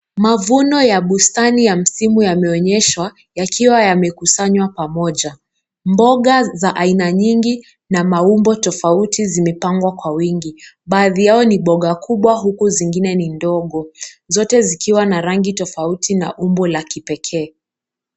Mavuno ya bustani ya msimu yameonyeshwa yakiwa yamekusanywa pamoja. Mboga za aina nyingi na maumbo tofauti zimepangwa kwa wingi baadhi yao ni mboga kubwa huku zingine ni ndogo zote zikiwa na rangi tofauti na umbo la kipekee.